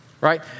right